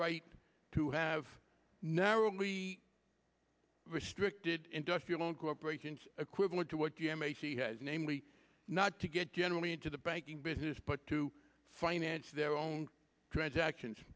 right to have narrowed we restricted industrial loan corporations equivalent to what d m a he has namely not to get generally into the banking business but to finance their own transactions